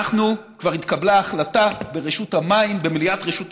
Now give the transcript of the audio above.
כבר התקבלה החלטה ברשות המים, במליאת רשות המים: